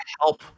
help